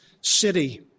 city